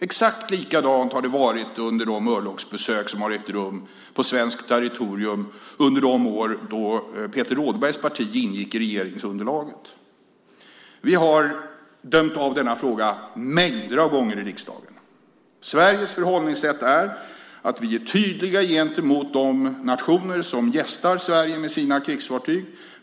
Exakt likadant har det varit under de örlogsbesök som ägde rum på svenskt territorium under de år då Peter Rådbergs parti ingick i regeringsunderlaget. Vi har dömt av denna fråga mängder av gånger i riksdagen. Sveriges förhållningssätt är att vi är tydliga gentemot de nationer som gästar Sverige med sina krigsfartyg.